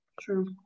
True